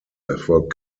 erfolgt